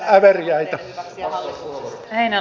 arvoisa puhemies